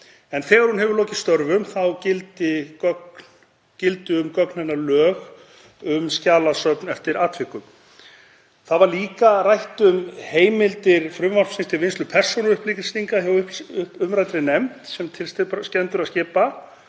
en þegar hún hefur lokið störfum þá gildi um gögn hennar lög um skjalasöfn eftir atvikum. Það var líka rætt um heimildir frumvarpsins til vinnslu persónuupplýsinga hjá umræddri nefnd sem til stendur að skipa